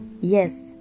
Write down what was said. Yes